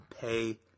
pay